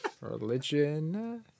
Religion